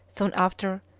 soon after,